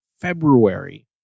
February